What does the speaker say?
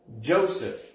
Joseph